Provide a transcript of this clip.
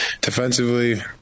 defensively